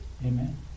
Amen